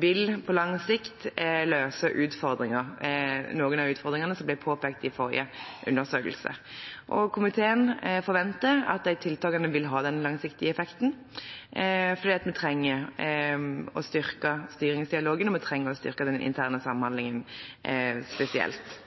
vil løse noen av utfordringene som ble påpekt i forrige undersøkelse. Komiteen forventer at de tiltakene vil ha den langsiktige effekten, for vi trenger å styrke styringsdialogen, og vi trenger å styrke den interne samhandlingen spesielt. Den tidligere undersøkelsen fra